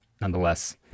nonetheless